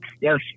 yes